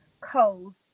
coast